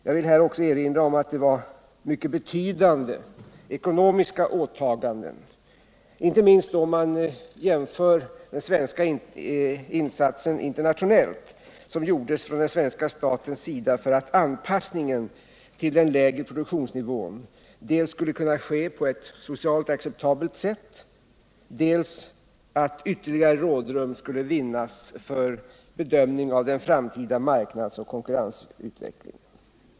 Jag vill här också erinra om att det var mycket betydande ekonomiska åtaganden, inte minst om man jämför den svenska insatsen internationellt, som gjordes från den svenska statens sida, dels för att anpassningen till den lägre produktionsnivån skulle kunna ske på ett socialt acceptabelt sätt, dels för att ytterligare rådrum skulle vinnas för bedömningen av den framtida marknadsoch konkurrensutvecklingen.